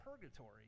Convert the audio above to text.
purgatory